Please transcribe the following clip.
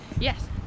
Yes